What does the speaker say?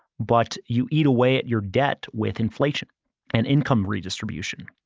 but you eat away at your debt with inflation and income redistribution.